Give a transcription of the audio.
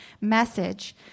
message